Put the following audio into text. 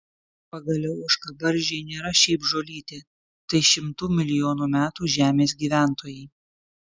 pagaliau ožkabarzdžiai nėra šiaip žolytė tai šimtų milijonų metų žemės gyventojai